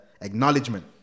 acknowledgement